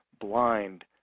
blind